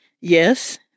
Yes